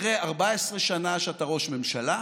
אחרי 14 שנה שאתה ראש ממשלה,